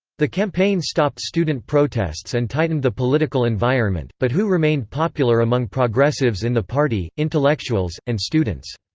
the campaign stopped student protests and tightened the political environment, but hu remained popular among progressives in the party, intellectuals, and students.